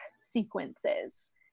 sequences